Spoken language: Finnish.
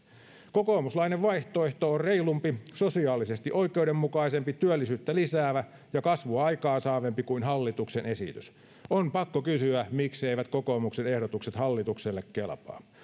kokoomuslainen vaihtoehto on reilumpi sosiaalisesti oikeudenmukaisempi työllisyyttä lisäävä ja kasvua aikaansaavempi kuin hallituksen esitys on pakko kysyä mikseivät kokoomuksen ehdotukset hallitukselle kelpaa